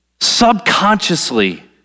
subconsciously